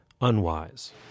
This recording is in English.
unwise